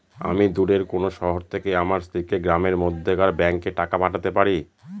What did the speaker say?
আমি দূরের কোনো শহর থেকে আমার স্ত্রীকে গ্রামের মধ্যেকার ব্যাংকে টাকা পাঠাতে পারি?